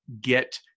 get